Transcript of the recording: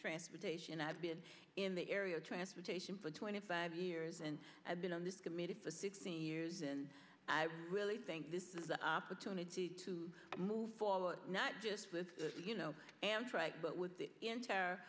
transportation i've been in the area transportation for twenty five years and i've been on this committee for sixteen years and i really think this is the opportunity to move forward not just this you know right but with the